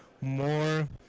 more